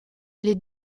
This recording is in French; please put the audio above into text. les